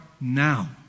now